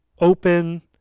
open